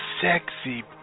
sexy